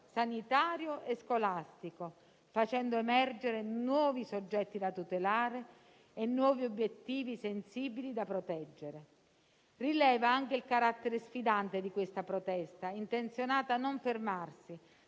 sanitario e scolastico, facendo emergere nuovi soggetti da tutelare e nuovi obiettivi sensibili da proteggere. Rileva anche il carattere sfidante di questa protesta, intenzionata a non fermarsi